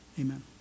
Amen